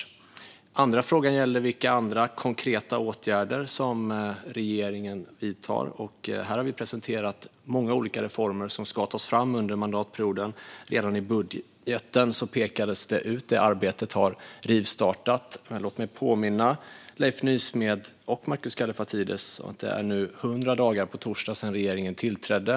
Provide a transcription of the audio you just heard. Den andra frågan gällde vilka andra konkreta åtgärder som vi i regeringen vidtar. Vi har presenterat många olika reformer som ska tas fram under mandatperioden. Redan i budgeten pekades de ut, och detta arbete har rivstartat. Låt mig påminna Leif Nysmed och Markus Kallifatides om att det på torsdag är 100 dagar sedan regeringen tillträdde.